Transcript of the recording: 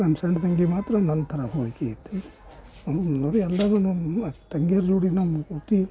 ನಮ್ಮ ಸಣ್ಣ ತಂಗಿ ಮಾತ್ರ ನನ್ನ ಥರ ಹೋಲಿಕೆಯಿತ್ತು ನಾವು ಎಲ್ಲರೂ ಆ ತಂಗಿಯರ ಜೋಡಿ ನಮ್ಮ